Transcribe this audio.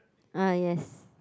ah yes